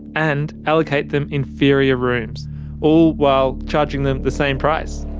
and allocate them inferior rooms all while charging them the same price.